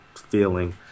feeling